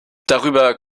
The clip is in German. darüber